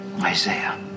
Isaiah